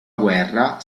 guerra